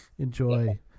enjoy